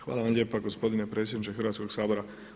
Hvala vam lijepa gospodine predsjedniče Hrvatskog sabora.